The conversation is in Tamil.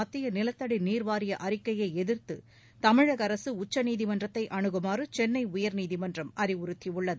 மத்திய நிலத்தடி நீர் வாரிய அறிக்கையை எதிர்த்து தமிழக அரசு உச்சநீதிமன்றத்தை அணுகுமாறு சென்னை உயர்நீதிமன்றம் அறிவுறுத்தியுள்ளது